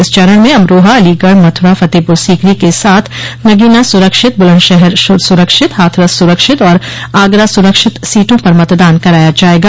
इस चरण में अमरोहा अलीगढ़ मथुरा फतेहपर सीकरी के साथ नगीना सुरक्षित बुलंदशहर सुरक्षित हाथरस सुरक्षित और आगरा सुरक्षित सीटों पर मतदान कराया जायेगा